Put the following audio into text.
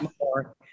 more